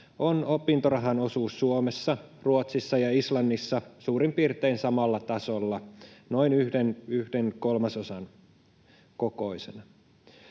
on opintorahan osuus Suomessa, Ruotsissa ja Islannissa suurin piirtein samalla tasolla, noin yhden kolmasosan kokoisena.